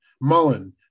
Mullen